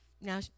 now